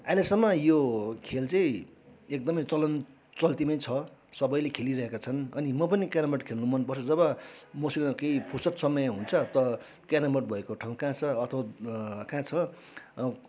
अहिलेसम्म यो खेल चाहिँ एकदमै चलन चल्तीमै छ सबैले खेलिरहेका छन् अनि म पनि क्यारम बोर्ड खेल्नु मनपर्छ जब मसँग केही फुर्सत समय हुन्छ र क्यारम बोर्ड भएको ठाउँ कहाँ छ अथवा कहाँ छ